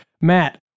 Matt